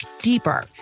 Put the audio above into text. deeper